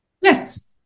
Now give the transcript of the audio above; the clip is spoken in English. Yes